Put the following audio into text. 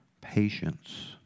patience